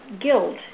guilt